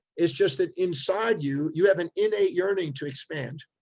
it's just that inside you, you have an innate yearning to expand.